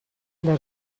the